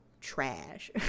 Trash